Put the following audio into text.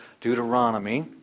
Deuteronomy